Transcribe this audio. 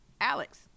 Alex